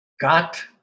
got